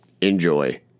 Enjoy